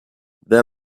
there